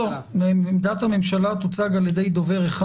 עמדת הממשלה תוצג על-ידי דובר אחד.